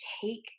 take